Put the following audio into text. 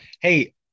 Hey